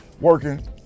working